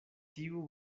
tiu